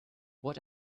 what